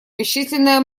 бесчисленное